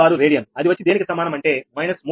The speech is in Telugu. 056 రేడియన్ అది వచ్చి దేనికి సమానం అంటే −3